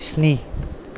स्नि